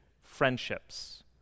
friendships